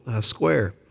Square